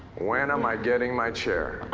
when am i getting my chair?